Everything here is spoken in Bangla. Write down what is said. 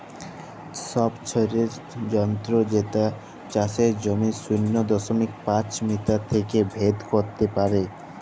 ছবছৈলর যলত্র যেট চাষের জমির শূন্য দশমিক পাঁচ মিটার থ্যাইকে ভেদ ক্যইরতে পারে